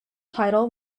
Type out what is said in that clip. title